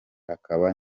akaba